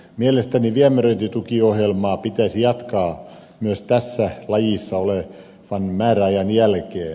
mielestäni viemäröintitukiohjelmaa pitäisi jatkaa myös tässä laissa olevan määräajan jälkeen